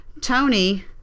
Tony